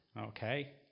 Okay